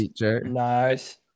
nice